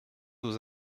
aux